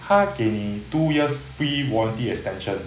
他给你 two years free warranty extension